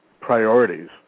priorities